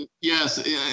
Yes